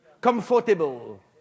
Comfortable